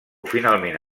finalment